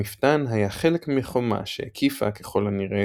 המפתן היה חלק מחומה שהקיפה ככל הנראה,